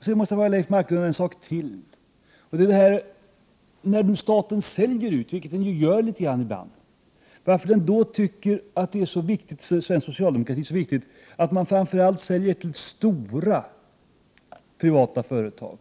Jag vill också fråga Leif Marklund varför staten när den säljer ut aktier, som den gör ibland, liksom svensk socialdemokrati tycker att det är så viktigt att framför allt sälja till stora privata företag,